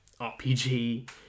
RPG